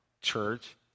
church